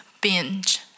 binge